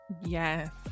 Yes